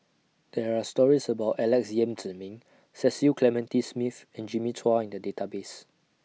There Are stories about Alex Yam Ziming Cecil Clementi Smith and Jimmy Chua in The Database